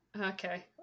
okay